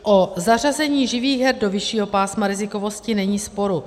O zařazení živých her do vyššího pásma rizikovosti není sporu.